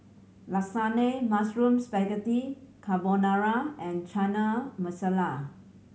Lasagne Mushroom Spaghetti Carbonara and Chana Masala